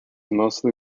mostly